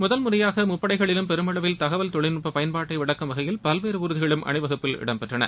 முதல் முறையாக முப்படைகளிலும் பெருமளவில் தகவல் தொழில்நுட்ப பயன்பாட்டை விளக்கும் வகையில் பல்வேறு ஊர்திகளும் அணிவகுப்பில் இடம்பெற்றன